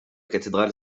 cathédrale